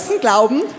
Glauben